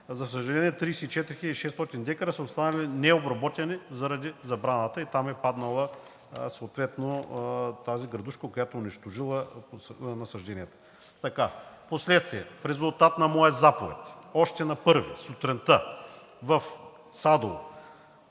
За съжаление, 34 600 дка са останали необработени заради забраната и там съответно е паднала тази градушка, която е унищожила насажденията. Впоследствие в резултат на моя заповед още на 1 юни 2022 г. сутринта в Садово